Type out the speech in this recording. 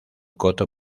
coto